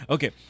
Okay